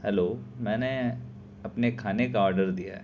hello میں نے اپنے کھانے کا آڈر دیا ہے